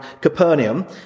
Capernaum